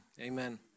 amen